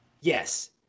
Yes